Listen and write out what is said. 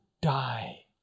die